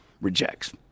rejects